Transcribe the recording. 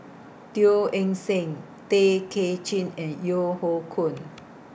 Teo Eng Seng Tay Kay Chin and Yeo Hoe Koon